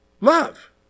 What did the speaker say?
Love